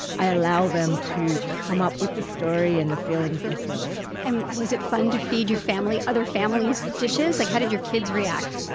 i allow them to come up with the story and the feelings themselves and was it fun to feed your family other families dishes? like how did your kids react?